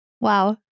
Wow